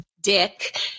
dick